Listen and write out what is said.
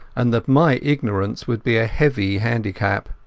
and that my ignorance would be a heavy handicap.